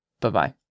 bye-bye